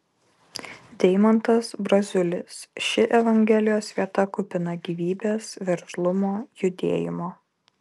deimantas braziulis ši evangelijos vieta kupina gyvybės veržlumo judėjimo